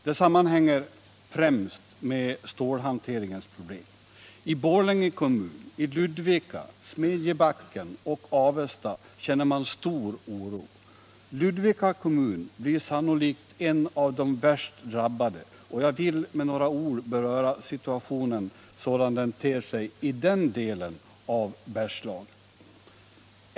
Det sammanhänger främst med stålhanteringens problem. I Borlänge kommun, i Ludvika, Smedjebacken och Avesta känner man stor oro. Ludvika kommun blir sannolikt en av de värst drabbade, och jag vill med några ord beröra situationen sådan den ter sig i den delen av Bergslagen.